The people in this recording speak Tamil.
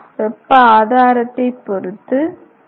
வெப்ப ஆதாரத்தைப் பொறுத்து 2